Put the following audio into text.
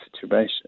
situation